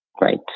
right